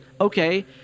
Okay